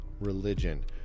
religion